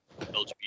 LGBT